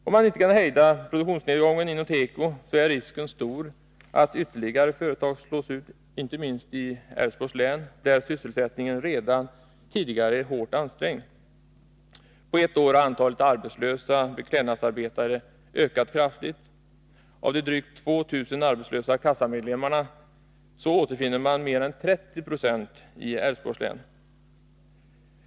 Om man inte kan hejda produktionsnedgången inom tekoindustrin är risken stor att ytterligare företag slås ut, inte minst i Älvsborgs län, där sysselsättningen redan tidigare är hårt ansträngd. På ett år har antalet arbetslösa beklädnadsarbetare ökat kraftigt. Av de drygt 2 000 arbetslösa kassamedlemmarna återfinner man mer än 30 96 i Älvsborgs län.